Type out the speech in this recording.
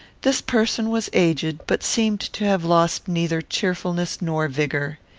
this person was aged, but seemed to have lost neither cheerfulness nor vigour.